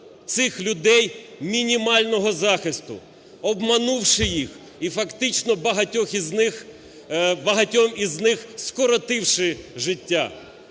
цих людей мінімального захисту, обманувши їх і фактично багатьом із них скоротивши життя.